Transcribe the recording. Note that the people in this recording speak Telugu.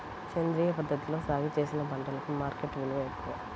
సేంద్రియ పద్ధతిలో సాగు చేసిన పంటలకు మార్కెట్ విలువ ఎక్కువ